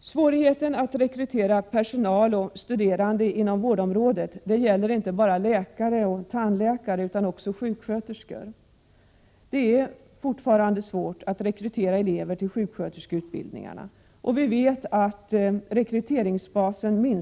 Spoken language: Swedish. Svårigheten att rekrytera personal och studerande inom vårdområdet gäller inte bara läkare och tandläkare utan också sjuksköterskor. Det är fortfarande svårt att rekrytera elever till sjuksköterskeutbildningarna, och dessutom minskar rekryteringsbasen